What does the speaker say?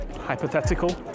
hypothetical